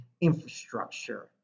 infrastructure